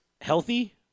healthy